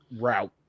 route